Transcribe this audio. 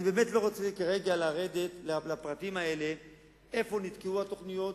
אני באמת לא רוצה כרגע לרדת לפרטים האלה איפה נתקעו התוכניות,